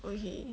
okay